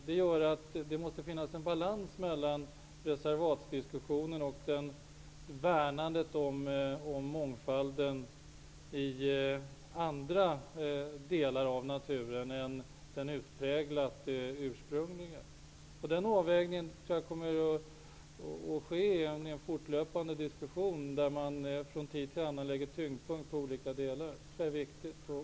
Det gör att det måste finnas en balans mellan reservatsdiskussionen och värnandet om mångfalden i andra delar av naturen än den utpräglat urpsprungliga. Den avvägningen tror jag kommer att ske i en fortlöpande diskussion, där man från tid till annan lägger tyngdpunkt på olika delar. Det tror jag är viktigt.